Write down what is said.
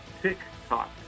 TikTok